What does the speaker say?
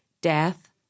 death